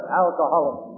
alcoholic